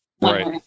Right